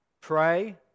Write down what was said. pray